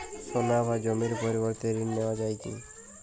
সোনা বা জমির পরিবর্তে ঋণ নেওয়া যায় কী?